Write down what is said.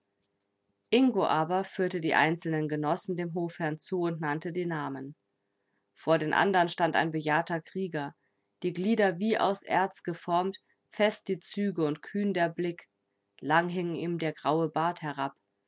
ingo aber führte die einzelnen genossen dem hofherrn zu und nannte die namen vor den andern stand ein bejahrter krieger die glieder wie aus erz geformt fest die züge und kühn der blick lang hing ihm der graue bart herab